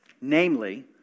Namely